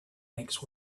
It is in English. next